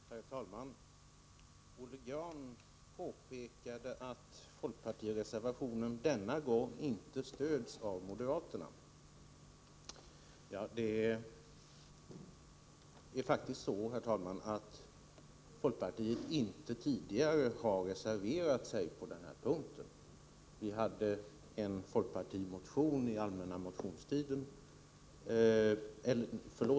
Herr talman! Olle Grahn påpekade att folkpartireservationen ”den här gången inte stöds av moderaterna”. Men det är faktiskt så att folkpartiet inte har reserverat sig tidigare på den här punkten.